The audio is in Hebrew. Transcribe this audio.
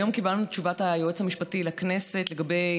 היום קיבלנו את תשובת היועץ המשפטי לכנסת לגבי